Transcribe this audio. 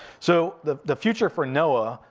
so the the future for noaa,